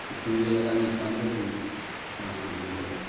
পুখুৰী এটা নিত্যান্তই প্ৰয়োজন হাঁহ পুহিবলৈ হ'লে